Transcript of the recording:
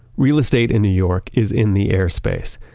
real estate in new york is in the airspace.